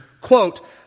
quote